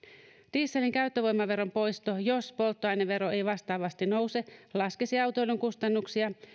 dieselin käyttövoimaveron poisto jos polttoainevero ei vastaavasti nouse laskisi autoilun kustannuksia